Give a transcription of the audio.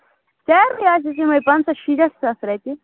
salary یِمَے پنٛژاہ شیٹھ ساس رۄپیہِ